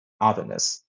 otherness